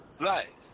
Right